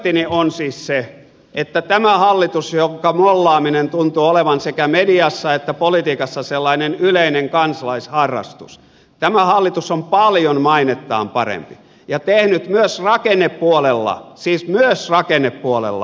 pointtini on siis se että tämä hallitus jonka mollaaminen tuntuu olevan sekä mediassa että politiikassa sellainen yleinen kansalaisharrastus on paljon mainettaan parempi ja tehnyt myös rakennepuolella siis myös rakennepuolella